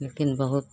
लेकिन बहुत